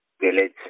village